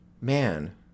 Man